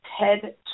TED